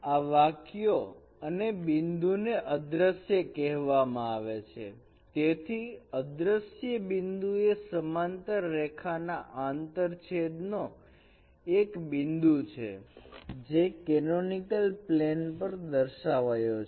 આ વાક્યો અને બિંદુને અદ્રશ્ય કહેવામાં આવે છે તેથી અદ્રશ્ય બિંદુએ સમાંતર રેખા ના આંતરછેદ નો એક બિંદુ છે જે કેનોનિકલ પ્લેન પર દર્શાવ્યો છે